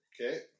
Okay